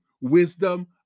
wisdom